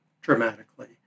dramatically